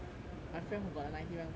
my friend who got the ninety rank point ah